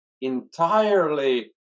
entirely